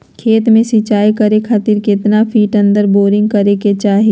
खेत में सिंचाई करे खातिर कितना फिट अंदर बोरिंग करे के चाही?